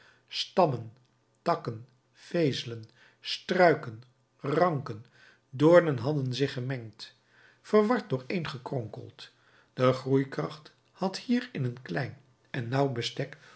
stammen takken vezelen struiken ranken doornen hadden zich gemengd verward dooreen gekronkeld de groeikracht had hier in een klein en nauw